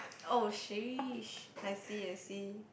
oh sheesh I see I see